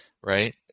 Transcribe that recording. right